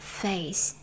face